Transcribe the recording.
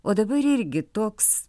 o dabar irgi toks